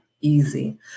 easy